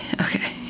Okay